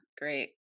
great